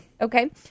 Okay